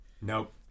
Nope